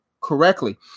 correctly